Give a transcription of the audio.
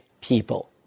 people